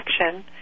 action